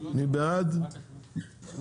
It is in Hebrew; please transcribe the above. מי בעד ההסתייגויות?